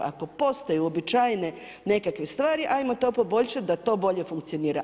Ako postoje uobičajene nekakve stvari, ajmo to poboljšati da to bolje funkcionira.